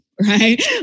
right